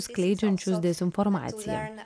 skleidžiančius dezinformaciją